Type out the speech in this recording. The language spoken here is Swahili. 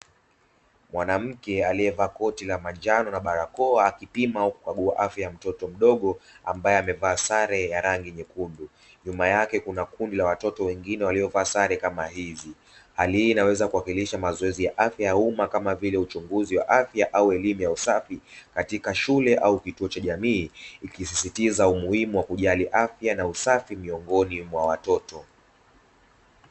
Mwanamke aliyevaa koti la manjano na barakoa akipima au kukagua afya ya mtoto mdogo ambaye amevaa sare ya rangi nyekundu. Nyuma yake kuna kundi la watoto wengine waliovaa sare kama hizi. Hali hii inaweza kuashiria mazoezi ya afya ya umma kama vile uchunguzi wa afya au elimu ya usafi katika shule au kituo cha jamii ikisisitiza umuhimu wa kujali afya na usafi miongoni mwa watoto.